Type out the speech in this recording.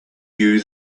you